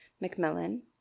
Macmillan